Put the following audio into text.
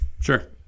sure